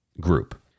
group